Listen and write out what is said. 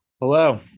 Hello